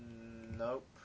Nope